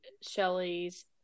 Shelley's